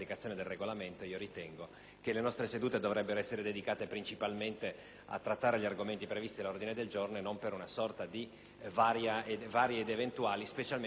che le nostre sedute dovrebbero essere dedicate principalmente a trattare gli argomenti previsti all'ordine del giorno e non ad una sorta di «varie ed eventuali», specialmente ad inizio seduta.